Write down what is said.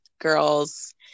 Girls